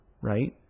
right